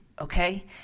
okay